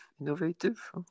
innovative